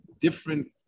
different